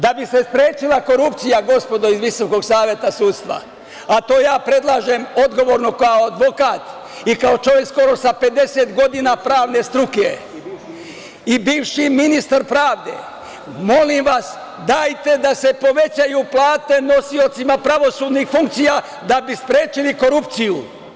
Da bi se sprečila korupcija, gospodo iz Visokog saveta sudstva, a to ja predlažem odgovorno kao advokat i kao čovek skoro sa 50 godina pravne struke i bivši ministar pravde, molim vas da se povećaju plate nosiocima pravosudnih funkcija da bi sprečili korupciju.